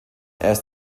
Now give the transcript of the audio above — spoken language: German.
erst